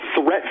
threat